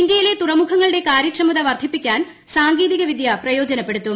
ഇന്ത്യയിലെ തുറമുഖങ്ങളുടെ കാര്യക്ഷമത വർധിപ്പിക്കാൻ സാങ്കേതിക വിദ്യ പ്രയോജനപ്പെടുത്തും